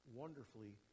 wonderfully